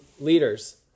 leaders